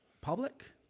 public